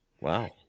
Wow